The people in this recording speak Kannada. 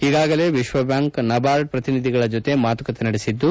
ಈಗಾಗಲೇ ವಿಶ್ವಬ್ಬಾಂಕ್ ನಬಾರ್ಡ್ ಪ್ರತಿನಿಧಿಗಳ ಜೊತೆ ಮಾತುಕತೆ ನಡೆಸಿದ್ದು